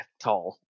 tall